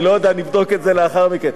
אני לא יודע, נבדוק את זה לאחר מכן.